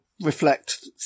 reflect